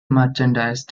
merchandise